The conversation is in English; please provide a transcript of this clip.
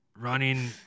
running